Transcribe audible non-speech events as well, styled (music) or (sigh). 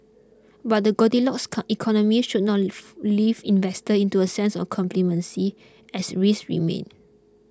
but the Goldilocks (unintelligible) economy should not (unintelligible) leaf investor into a sense of complacency as risks remain